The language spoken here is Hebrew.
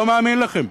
לא מאמין לכם.